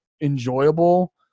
enjoyable